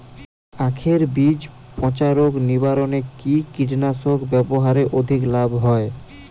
আঁখের বীজ পচা রোগ নিবারণে কি কীটনাশক ব্যবহারে অধিক লাভ হয়?